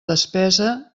despesa